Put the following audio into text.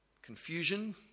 Confusion